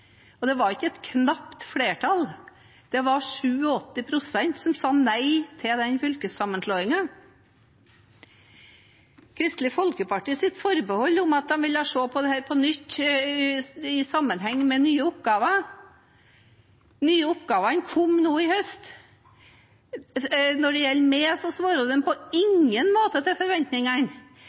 og det var ikke et knapt flertall – det var 87 pst. som sa nei til fylkessammenslåingen. Kristelig Folkeparti tok et forbehold om at de ville se på dette på nytt i sammenheng med nye oppgaver. De nye oppgavene kom nå i høst. For meg svarte de på ingen måte til forventningene.